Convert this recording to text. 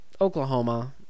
Oklahoma